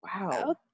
wow